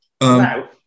Now